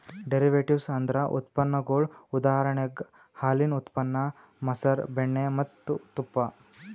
derivatives ಅಂದ್ರ ಉತ್ಪನ್ನಗೊಳ್ ಉದಾಹರಣೆಗ್ ಹಾಲಿನ್ ಉತ್ಪನ್ನ ಮಸರ್, ಬೆಣ್ಣಿ ಮತ್ತ್ ತುಪ್ಪ